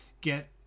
get